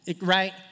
right